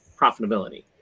profitability